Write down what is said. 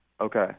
Okay